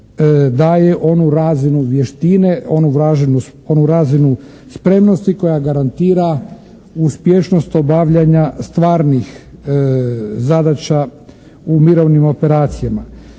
daje onu razinu vještine, onu razinu spremnosti koja garantira uspješnost obavljanja stvarnih zadaća u mirovnim operacijama.